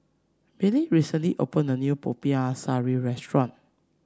Billie recently opened a new Popiah Sayur restaurant